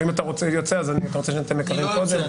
או אם אתה יוצא אני אאפשר לך קודם.